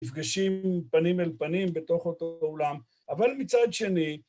נפגשים פנים אל פנים בתוך אותו אולם, אבל מצד שני...